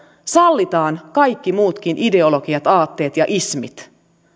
sallitaan kaikki muutkin ideologiat aatteet ja ismit